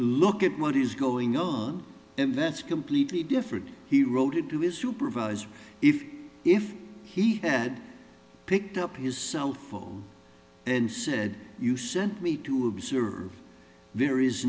look at what is going on and that's completely different he wrote it to his supervisor if if he had picked up his cell phone and said you sent me to observe there is